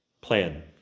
plan